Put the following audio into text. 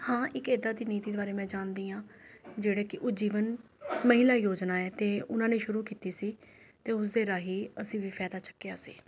ਹਾਂ ਇੱਕ ਇੱਦਾਂ ਦੀ ਨੀਤੀ ਦੇ ਬਾਰੇ ਮੈਂ ਜਾਣਦੀ ਹਾਂ ਜਿਹੜੀ ਕਿ ਉਜਜੀਵਨ ਮਹਿਲਾ ਯੋਜਨਾ ਹੈ ਅਤੇ ਉਹਨਾਂ ਨੇ ਸ਼ੁਰੂ ਕੀਤੀ ਸੀ ਅਤੇ ਉਸਦੇ ਰਾਹੀਂ ਅਸੀਂ ਵੀ ਫਾਇਦਾ ਚੱਕਿਆ ਸੀ